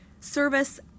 service